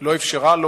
שלא אפשרה לו.